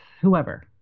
whoever